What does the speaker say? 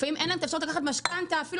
לפעמים אין להם אפשרות לקחת משכנתה אפילו